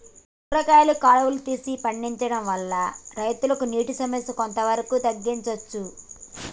కూరగాయలు కాలువలు తీసి పండించడం వల్ల రైతులకు నీటి సమస్య కొంత వరకు తగ్గించచ్చా?